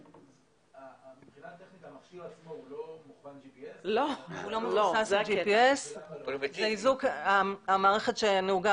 במערכת שנהוגה היום אין GPS. המערכת שנהוגה